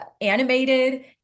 animated